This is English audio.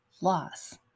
loss